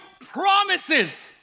promises